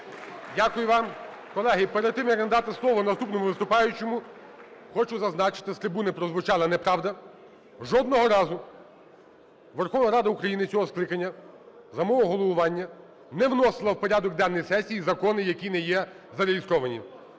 Дякую вам. Колеги, перед тим, як надати слово наступному виступаючому, хочу зазначити: з трибуни прозвучала неправда. Жодного разу Верховна Рада України цього скликання за мого головування не вносила в порядок денний сесії закони, які не є зареєстровані,